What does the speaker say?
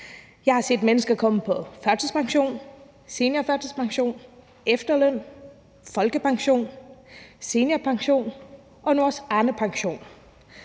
Jeg har set mennesker komme på førtidspension, seniorførtidspension, efterløn, folkepension, seniorpension og nu også Arnepension.